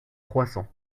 croissant